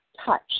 touch